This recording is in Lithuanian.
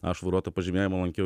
aš vairuotojo pažymėjimą lankiau